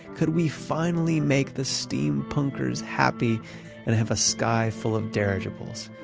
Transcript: could we finally make the steampunkers happy and have a sky full of dirigibles?